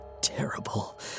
terrible